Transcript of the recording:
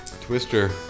Twister